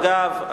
אגב,